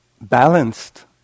balanced